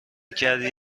کردی